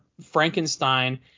Frankenstein